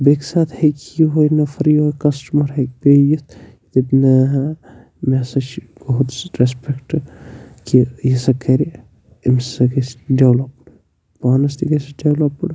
بیٚکہِ ساتہٕ ہیٚکہِ یِہوٚے نَفر یِہوٚے کَسٹمَر ہیٚکہِ بیٚیہِ یِتھ دپہِ نا مےٚ ہَسا چھِ یہِ رٮ۪سپٮ۪کٹ کہِ یہِ ہسا کَرِ أمِس ہسا گَژھِ ڈٮ۪ولَپ پانَس تہِ گَژھٮ۪س ڈٮ۪ولَپٕڈ